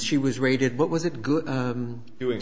she was rated what was it good doing